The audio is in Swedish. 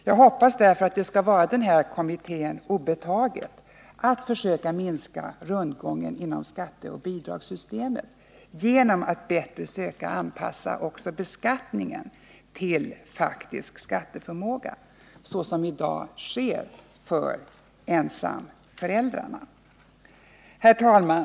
Jag hoppas därför att det skall vara den tillsatta kommittén obetaget att försöka minska rundgången inom skatteoch bidragssystemet genom att söka bättre anpassa också beskattningen till faktisk skatteförmåga så som i dag sker för ensamföräldrarna. Herr talman!